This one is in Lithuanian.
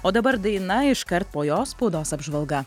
o dabar daina iškart po jos spaudos apžvalga